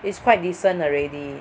is quite decent already